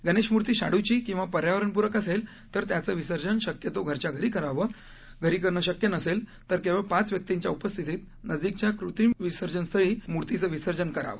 गणेशमूर्ती शाडूची किंवा पर्यावरणपूरक असेल तर त्यांचं विसर्जन शक्यतो घरच्या घरी करावं घरी करणं शक्य नसेल तर केवळ पाच व्यक्तींच्या उपस्थितीत नजिकच्या कृत्रिम विसर्जनस्थळी मूर्तींचं विसर्जन करावं